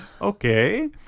Okay